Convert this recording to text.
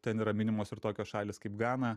ten yra minimos ir tokios šalys kaip gana